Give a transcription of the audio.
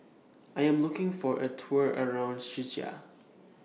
I Am looking For A Tour around Czechia